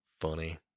funny